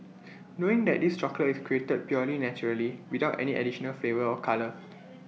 knowing that this chocolate is created purely naturally without any additional flavour or colour